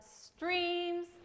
Streams